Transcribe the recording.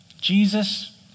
Jesus